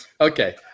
Okay